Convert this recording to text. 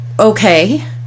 Okay